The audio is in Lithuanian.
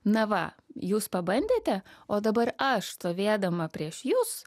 na va jūs pabandėte o dabar aš stovėdama prieš jus